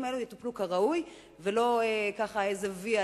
האלה יטופלו כראוי ולא יעשו להם איזה v,